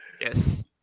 Yes